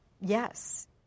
Yes